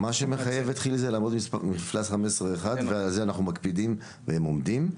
מה שמחייב את כיל זה לעמוד במפלס 15.1 ועל זה אנחנו מקפידים והם עומדים,